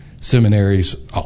Seminaries